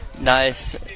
Nice